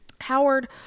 Howard